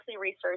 research